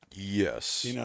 Yes